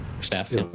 Staff